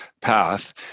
path